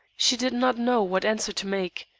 she did not know what answer to make,